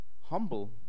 humble